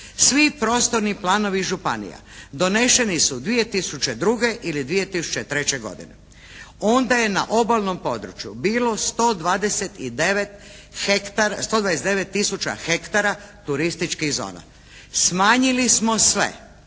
Svi prostorni planovi županija doneseni su 2002. ili 2003. godine. Onda je na obalnom području bilo 129 tisuća hektara turističkih zona. Smanjili smo sve.